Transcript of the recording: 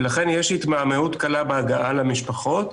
ולכן יש התמהמהות קלה בהגעה למשפחות.